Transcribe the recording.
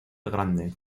grande